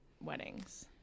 weddings